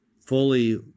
fully